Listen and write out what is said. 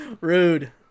rude